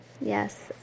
Yes